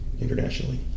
Internationally